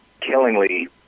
Killingly